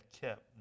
kept